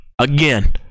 Again